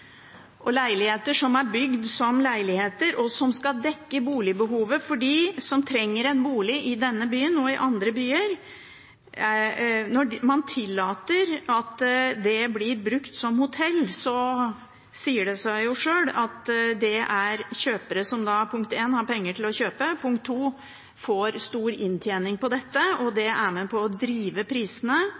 leiligheter som er bygd som leiligheter, og som skal dekke boligbehovet for dem som trenger en bolig i denne byen og i andre byer, blir brukt som hotell, sier det seg sjøl at det er kjøpere som 1) har penger til å kjøpe, og 2) får stor inntjening på dette. Det er med på å drive opp prisene,